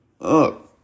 up